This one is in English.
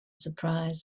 surprise